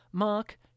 Mark